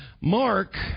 Mark